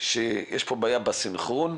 שיש פה בעיה בסינכרון,